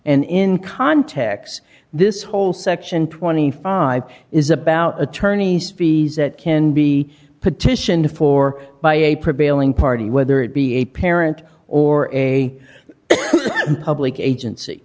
and in context this whole section twenty five dollars is about attorney's fees that can be petitioned for by a prevailing party whether it be a parent or a public agency